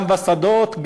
גם בשדות.